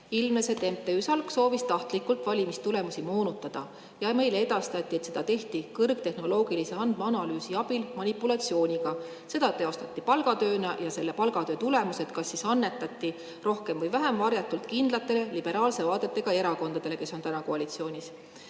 Ilmnes, et MTÜ Salk soovis tahtlikult valimistulemusi moonutada. Meile edastati, et seda tehti kõrgtehnoloogilise andmeanalüüsi abil manipulatsiooniga. Seda teostati palgatööna ja selle palgatöö tulemused kas annetati rohkem või vähem varjatult kindlatele, liberaalse vaadetega erakondadele, kes on täna koalitsioonis. Minu